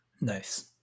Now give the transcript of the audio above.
Nice